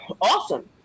awesome